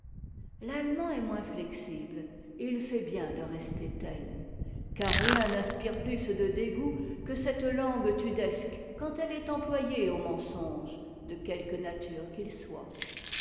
l'allemand est moins flexible et il fait bien de rester tel car rien n'inspire plus de dégoût que cette langue tudesque quand elle est employée aux mensonges de quelque nature qu'ils soient